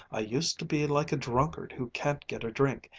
i used to be like a drunkard who can't get a drink,